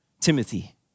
Timothy